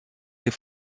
les